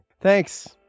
Thanks